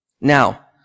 Now